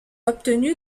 obtenue